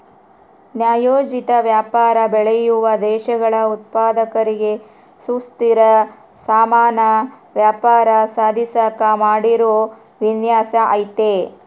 ನ್ಯಾಯೋಚಿತ ವ್ಯಾಪಾರ ಬೆಳೆಯುವ ದೇಶಗಳ ಉತ್ಪಾದಕರಿಗೆ ಸುಸ್ಥಿರ ಸಮಾನ ವ್ಯಾಪಾರ ಸಾಧಿಸಾಕ ಮಾಡಿರೋ ವಿನ್ಯಾಸ ಐತೆ